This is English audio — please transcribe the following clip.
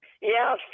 Yes